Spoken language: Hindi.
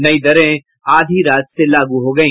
नई दरें आधी रात से लागू हो गयी